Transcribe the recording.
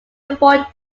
avoid